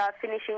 finishing